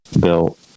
built